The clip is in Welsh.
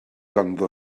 ganddo